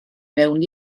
mewn